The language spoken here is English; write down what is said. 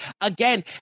again